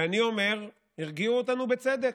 ואני אומר: הרגיעו אותנו בצדק.